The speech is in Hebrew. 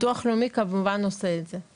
ביטוח לאומי כמובן עושה את זה.